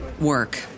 work